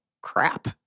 crap